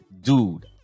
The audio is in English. Dude